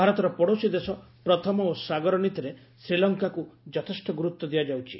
ଭାରତର ପଡ଼ୋଶୀ ଦେଶ ପ୍ରଥମ ଓ ସାଗର ନୀତିରେ ଶ୍ରୀଲଙ୍କାକୁ ଯଥେଷ୍ଟ ଗୁରୁତ୍ୱ ଦିଆଯାଉଛି